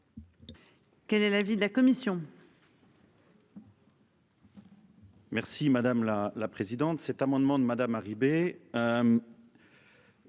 Quel est l'avis de la commission.